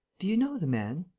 do you know the man?